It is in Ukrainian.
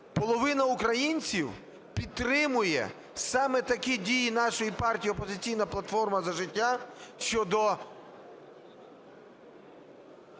половина українців підтримує саме такі дії нашої партії "Опозиційна платформа – За життя" щодо